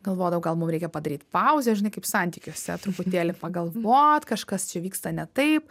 galvodavau gal mum reikia padaryt pauzę žinai kaip santykiuose truputėlį pagalvot kažkas čia vyksta ne taip